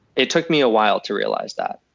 it took me a while to realize that,